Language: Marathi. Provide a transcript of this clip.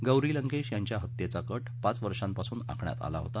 गौरी लंकेश यांच्या हत्येचा कट पाच वर्षापासून आखण्यात आला होता